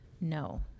No